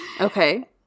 Okay